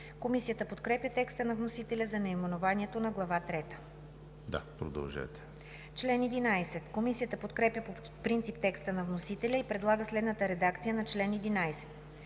Комисията подкрепя текста на вносителя за наименованието на глава трета. Комисията подкрепя по принцип текста на вносителя и предлага следната редакция на чл. 11: